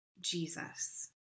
Jesus